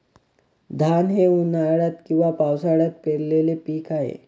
धान हे उन्हाळ्यात किंवा पावसाळ्यात पेरलेले पीक आहे